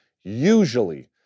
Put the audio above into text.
usually